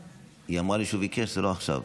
היא אמרה לי שהוא ביקש, זה לא עכשיו.